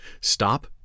stop